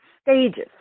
stages